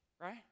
right